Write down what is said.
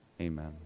Amen